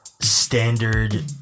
standard